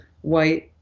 white